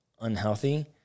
unhealthy